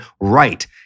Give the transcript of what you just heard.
Right